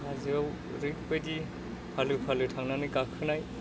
हाजोआव ओरैबायदि फालो फालो थांनानै गाखोनाय